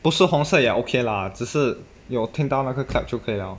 不是红色也 okay lah 只是有听到那个 clap 就可以了